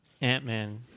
Ant-Man